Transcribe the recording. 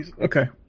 Okay